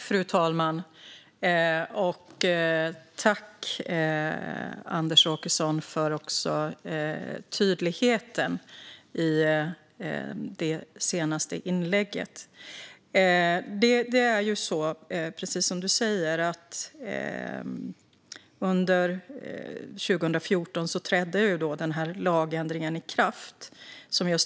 Fru talman! Tack, Anders Åkesson, också för tydligheten i det senaste inlägget! Precis som du säger trädde den här lagändringen i kraft 2014.